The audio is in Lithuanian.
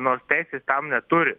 nors teisės tam neturi